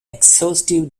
exhaustive